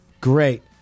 great